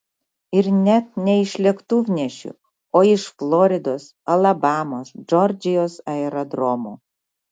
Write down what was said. ir net ne iš lėktuvnešių o iš floridos alabamos džordžijos aerodromų